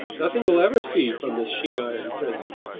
nothing we'll ever see from this sheet-iron prison!